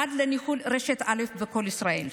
עד לניהול רשת א' בקול ישראל.